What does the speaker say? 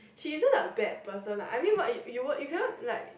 she is not like bad person lah I mean what you you cannot like